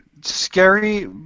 scary